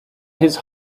his